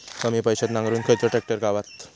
कमी पैशात नांगरुक खयचो ट्रॅक्टर गावात?